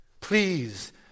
Please